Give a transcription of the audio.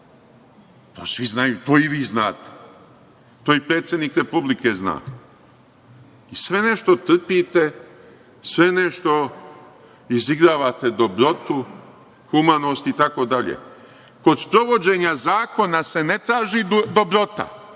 to svi znaju, to i vi znate, to i predsednik Republike zna. Sve nešto trpite, sve nešto izigravate dobrotu, humanost, itd. Kod sprovođenja zakona se ne traži dobrota,